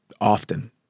often